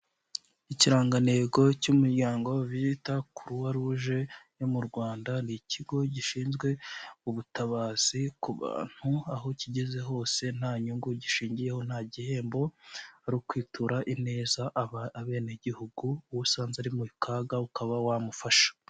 Ikirangantego cy'umuryango bita croix rouge yo mu Rwanda ni ikigo gishinzwe ubutabazi ku bantu aho kigeze hose nta nyungu gishingiyeho nta gihembo arikwitura ineza aba benegihugu uwo usanze ari mu kaga ukaba wamufasha.